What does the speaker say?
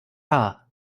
haar